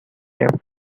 taped